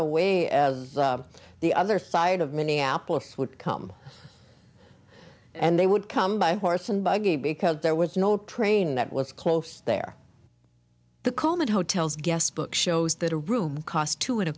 away as the other side of minneapolis would come and they would come by horse and buggy because there was no train that was close there the coleman hotel's guest book shows that a room cost two and a